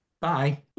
Bye